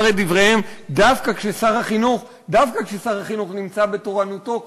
את דבריהן דווקא כששר החינוך נמצא בתורנותו כאן,